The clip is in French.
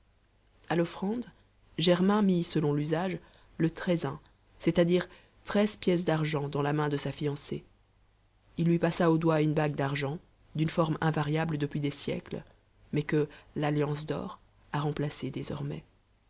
a l'offrande germain mit selon l'usage le treizain c'està-dire treize pièces d'argent dans la main de sa fiancée il lui passa au doigt une bague d'argent d'une forme invariable depuis des siècles mais que l'alliance d'or a remplacée désormais